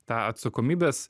tą atsakomybės